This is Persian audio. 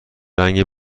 رنگ